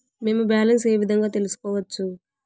మేము బ్యాలెన్స్ ఏ విధంగా తెలుసుకోవచ్చు?